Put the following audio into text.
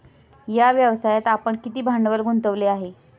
या व्यवसायात आपण किती भांडवल गुंतवले आहे?